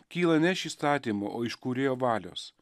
kyla ne iš įstatymo o iš kūrėjo valios